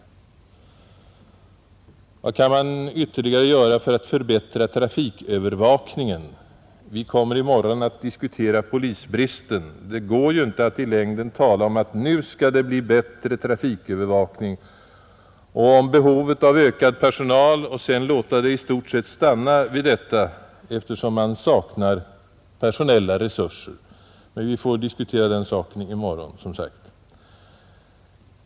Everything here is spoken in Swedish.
Vad kan man ytterligare göra för att förbättra trafikövervakningen? Vi kommer i morgon att diskutera polisbristen. Det går ju inte att i längden tala om att nu skall det bli bättre trafikövervakning och om behovet av ökad personal och sedan låta det i stort sett stanna vid detta, eftersom man saknar personella resurser. Men vi får diskutera den saken i morgon, som sagt.